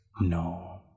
No